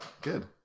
good